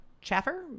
Chaffer